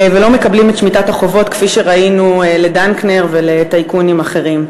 והם לא מקבלים את שמיטת החובות כפי שראינו לדנקנר ולטייקונים אחרים.